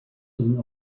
from